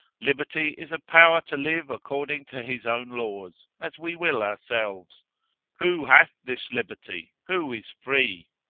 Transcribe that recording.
liberty is a power to live according to his own laws, as we will ourselves who hath this liberty? who is free?